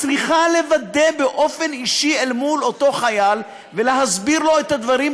צריכה לוודא באופן אישי מול אותו חייל ולהסביר לו את הדברים,